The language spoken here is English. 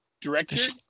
director